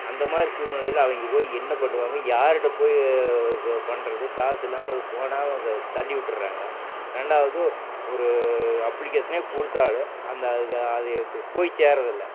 அந்த மாதிரி சூழ்நிலையில் அவங்க போய் என்ன பண்ணுவாங்க யார்ட்ட போய் பண்ணுறது காசுயில்லாமல் போனால் அவங்க தள்ளி விட்டுறாங்க ரெண்டாவது ஒரு அப்ளிக்கேஷனே கொடுத்தாலும் அந்த அது அது போய் சேர்கிறதுல்ல